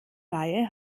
reihe